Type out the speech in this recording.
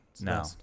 No